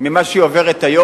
מהימים האלה.